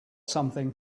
something